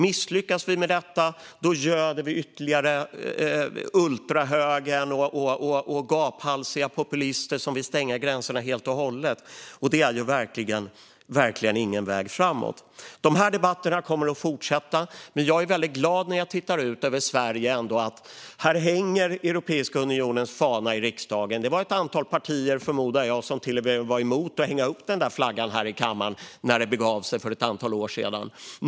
Misslyckas vi med detta göder vi ytterligare ultrahögern och populistiska gaphalsar som vill stänga gränserna helt och hållet. Det är verkligen ingen väg framåt. Dessa debatter kommer att fortsätta. Men när jag tittar ut över Sverige blir jag väldigt glad över att Europeiska unionens fana ändå hänger här i riksdagen. Det var, förmodar jag, ett antal partier som till och med var emot att den skulle hängas upp här i kammaren när det begav sig för ett antal år sedan.